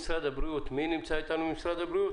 מי נמצא אתנו ממשרד הבריאות?